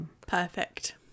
perfect